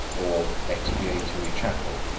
or expiatory chapel,